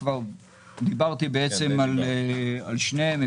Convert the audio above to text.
דיברתי בעצם על שניהם,